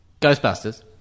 Ghostbusters